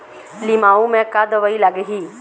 लिमाऊ मे का दवई लागिही?